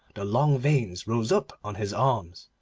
the long veins rose up on his arms.